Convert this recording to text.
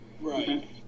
Right